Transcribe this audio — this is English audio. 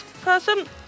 person